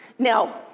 Now